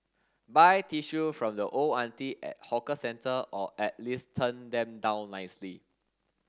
buy tissue from the old auntie at hawker centre or at least turn them down nicely